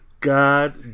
God